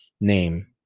name